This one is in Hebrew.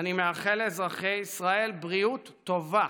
אני מאחל לאזרחי ישראל בריאות טובה.